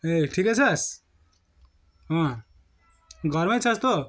ए ठिकै छस् अँ घरमै छस् तँ